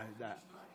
די, די.